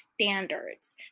standards